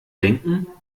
denken